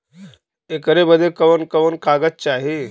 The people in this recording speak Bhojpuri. ऐकर बदे कवन कवन कागज चाही?